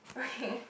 okay